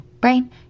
brain